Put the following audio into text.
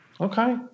okay